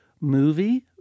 movie